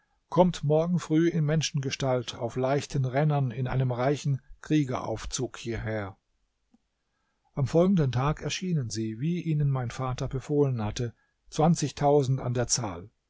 kommt morgen früh in menschengestalt auf leichten rennern in einem reichen kriegeraufzug hierher am folgenden tag erschienen sie wie ihnen mein vater befohlen hatte zwanzigtausend an der zahl